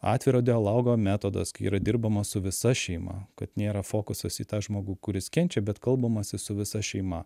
atviro dialogo metodas kai yra dirbama su visa šeima kad nėra fokusas į tą žmogų kuris kenčia bet kalbamasi su visa šeima